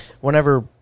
whenever